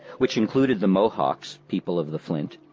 which included the mohawks people of the flint,